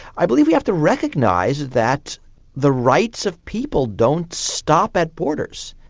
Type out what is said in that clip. i believe we have to recognise that the rights of people don't stop at borders,